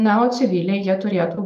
na o civiliai jie turėtų